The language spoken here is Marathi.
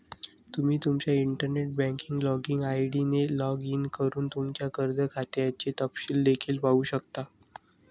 तुम्ही तुमच्या इंटरनेट बँकिंग लॉगिन आय.डी ने लॉग इन करून तुमच्या कर्ज खात्याचे तपशील देखील पाहू शकता